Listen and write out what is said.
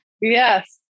Yes